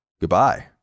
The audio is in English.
goodbye